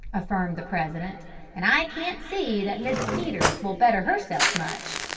affirmed the president and i can't see that mrs. peters will better herself much.